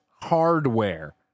hardware